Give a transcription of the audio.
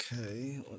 Okay